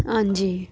हां जी